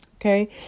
Okay